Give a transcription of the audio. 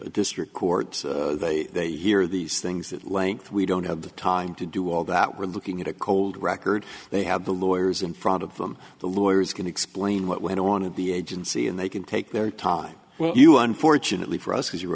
of district courts here these things at length we don't have the time to do all that we're looking at a cold record they have the lawyers in front of them the lawyers can explain what went on at the agency and they can take their time well you unfortunately for us because you